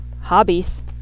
hobbies